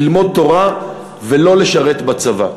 ללמוד תורה ולא לשרת בצבא.